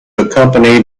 accompany